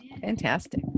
Fantastic